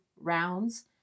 rounds